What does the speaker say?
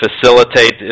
facilitate